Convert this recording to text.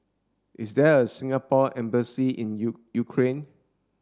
is there a Singapore embassy in U Ukraine